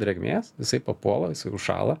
drėgmės jisai papuola užšąla